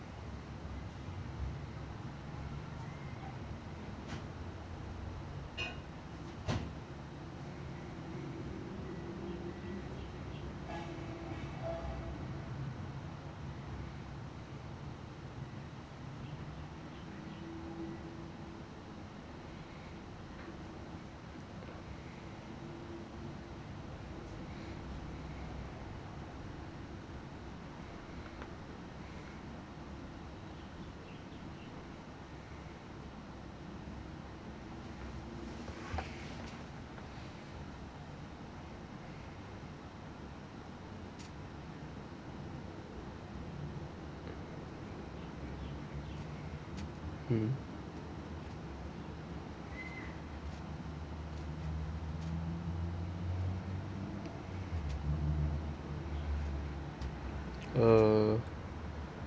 mm uh